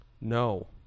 no